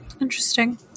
interesting